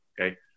okay